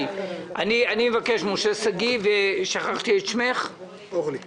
משה שגיא ואורלי ליימן.